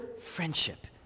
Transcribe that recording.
friendship